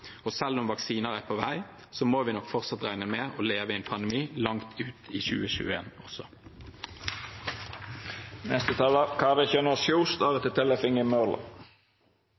Og selv om vaksiner er på vei, må vi nok fortsatt regne med å leve i en pandemi langt ut i 2021 også.